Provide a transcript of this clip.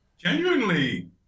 Genuinely